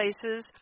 places